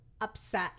Upset